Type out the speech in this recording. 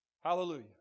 hallelujah